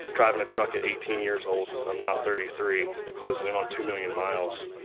driving a truck at eighteen years old, i'm now thirty-three, closing in on two million miles.